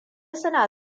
suna